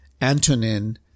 Antonin